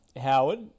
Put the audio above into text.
Howard